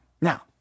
now